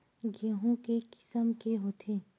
गेहूं के किसम के होथे?